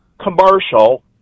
commercial